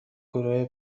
گروه